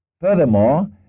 Furthermore